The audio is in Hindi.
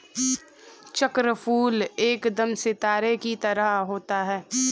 चक्रफूल एकदम सितारे की तरह होता है